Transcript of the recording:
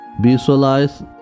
Visualize